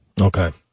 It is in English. okay